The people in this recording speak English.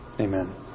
Amen